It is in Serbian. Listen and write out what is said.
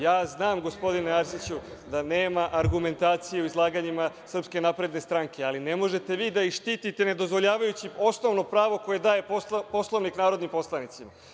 Ja znam, gospodine Arsiću, da nema argumentacije u izlaganjima SNS, ali ne možete vi da ih štitite ne dozvoljavajući osnovno pravo koje daje Poslovnik narodnim poslanicima.